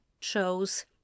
chose